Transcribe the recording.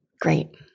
Great